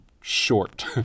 short